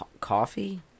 Coffee